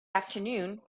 afternoon